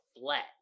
flat